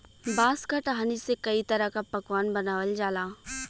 बांस क टहनी से कई तरह क पकवान बनावल जाला